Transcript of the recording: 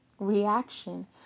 reaction